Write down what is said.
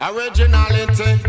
Originality